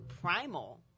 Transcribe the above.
primal